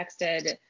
texted